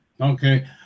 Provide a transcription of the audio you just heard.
Okay